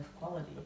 quality